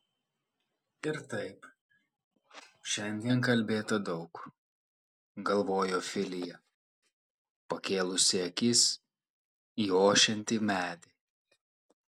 ir taip šiandien kalbėta daug galvojo filija pakėlusi akis į ošiantį medį